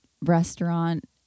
restaurant